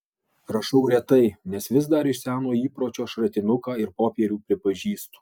rašau retai nes vis dar iš seno įpročio šratinuką ir popierių pripažįstu